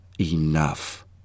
enough